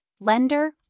lender